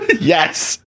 Yes